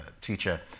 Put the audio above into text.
teacher